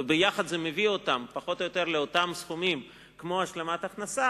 ויחד זה מביא אותם פחות או יותר לאותם סכומים כמו השלמת הכנסה.